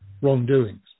wrongdoings